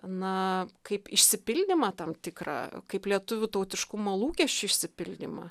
na kaip išsipildymą tam tikrą kaip lietuvių tautiškumo lūkesčių išsipildymą